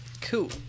Cool